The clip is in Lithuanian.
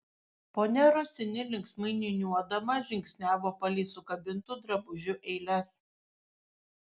ponia rosini linksmai niūniuodama žingsniavo palei sukabintų drabužių eiles